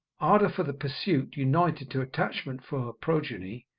ardour for the pursuit, united to attachment for her progeny,